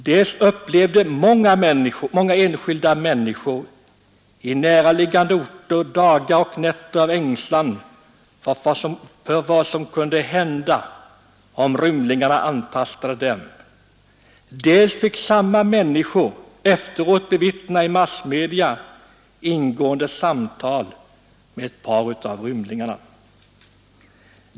Dels upplevde många enskilda människor i närliggande orter dagar och nätter av ängslan för vad som skulle kunna hända om rymlingarna antastade dem, dels fick samma människor efteråt i massmedia bevittna ingående samtal med ett par av rymlingarna.